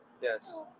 yes